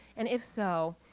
and if so,